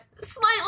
slightly